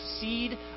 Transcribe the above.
seed